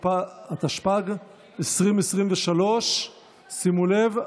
התשפ"ג 2023. שימו לב,